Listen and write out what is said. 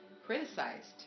Criticized